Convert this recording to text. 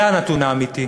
זה הנתון האמיתי.